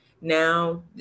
Now